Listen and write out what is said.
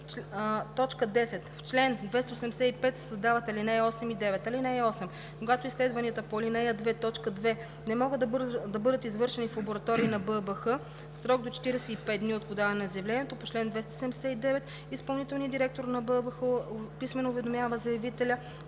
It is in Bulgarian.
г.)“. 10. В чл. 285 се създават ал. 8 и 9: „(8) Когато изследванията по ал. 2, т. 2 не могат да бъдат извършени в лаборатория на БАБХ, в срок до 45 дни от подаване на заявлението по чл. 279, изпълнителният директор на БАБХ писмено уведомява заявителя